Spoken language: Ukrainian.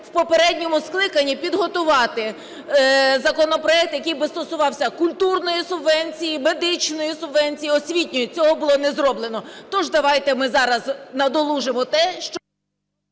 в попередньому скликанні підготувати законопроект, який би стосувався культурної субвенції, медичної субвенції, освітньої, цього було не зроблено. Тож давайте ми зараз надолужимо те, що…